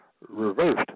reversed